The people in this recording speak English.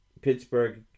Pittsburgh